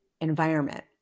environment